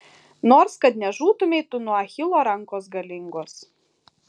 nors kad nežūtumei tu nuo achilo rankos galingos